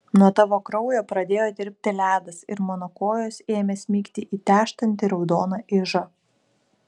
nuo tavo kraujo pradėjo tirpti ledas ir mano kojos ėmė smigti į tęžtantį raudoną ižą